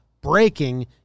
breaking